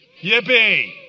Yippee